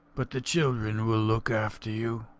but the children will look after you.